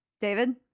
David